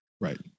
right